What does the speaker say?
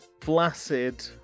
flaccid